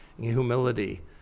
humility